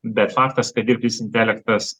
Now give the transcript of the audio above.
bet faktas kad dirbtinis intelektas